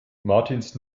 martins